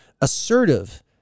Assertive